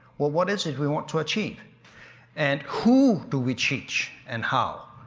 what what is it we want to achieve and who do we teach and how?